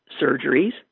surgeries